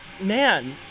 man